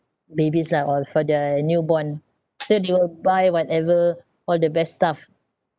babies lah or for their newborn so they would buy whatever all the best stuff